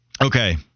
Okay